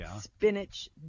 spinach